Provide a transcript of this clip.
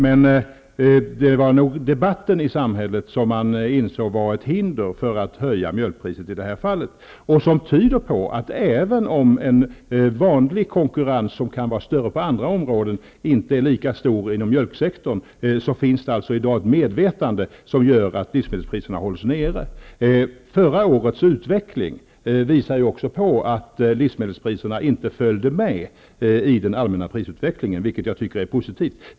Men det var debatten i samhället som utgjorde ett hinder för att höja mjölkpriset i det här fallet. Det tyder på att det, även om den vanliga konkurrensen, som kan vara större på andra områden, inte är lika stor inom mjölksektorn, i dag finns ett medvetande som gör att livsme delspriserna hålls nere. Utvecklingen förra året visar på att livsmedelspriserna inte följde med i den allmänna prisutvecklingen. Det tycker jag är positivt.